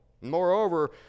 Moreover